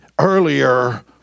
earlier